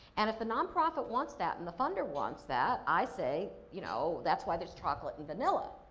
and, if the non-profit wants that and the funder wants that, i say, you know, that's why there's chocolate and vanilla.